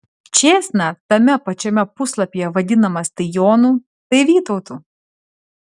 čėsna tame pačiame puslapyje vadinamas tai jonu tai vytautu